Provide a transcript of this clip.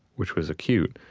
which was acute,